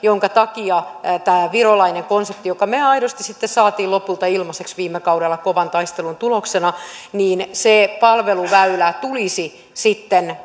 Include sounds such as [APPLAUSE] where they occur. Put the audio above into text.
sen takia on tämä virolainen konsepti jonka me aidosti saimme lopulta ilmaiseksi viime kaudella kovan taistelun tuloksena niin se palveluväylä tulisi sitten [UNINTELLIGIBLE]